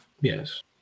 Yes